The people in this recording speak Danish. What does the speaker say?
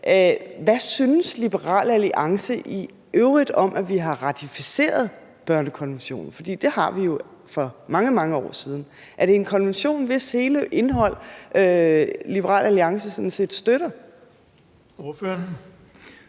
Hvad synes Liberal Alliance i øvrigt om, at vi har ratificeret børnekonventionen? For det har vi jo for mange, mange år siden. Er det en konvention, hvis hele indhold Liberal Alliance sådan set støtter? Kl.